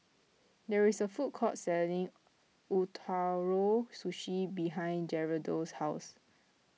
there is a food court selling Ootoro Sushi behind Gerardo's house